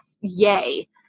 yay